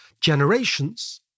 generations